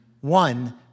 one